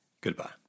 goodbye